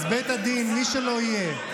אז בית הדין, מי שלא יהיה.